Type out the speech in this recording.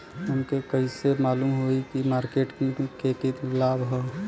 हमके कइसे मालूम होई की मार्केट के का भाव ह?